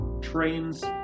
trains